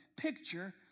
Picture